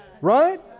Right